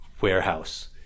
warehouse